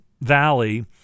valley